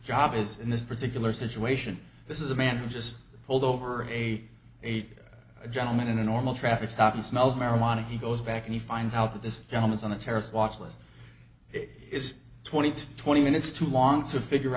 job is in this particular situation this is a man who just pulled over a eight a gentleman in a normal traffic stop and smell of marijuana he goes back and he finds out that this gentleman is on the terrorist watch list it is twenty to twenty minutes too long to figure